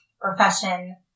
profession